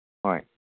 ꯍꯣꯏ